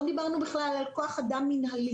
לא דיברנו בכלל על כוח אדם מינהלי.